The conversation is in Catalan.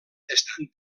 estan